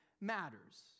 matters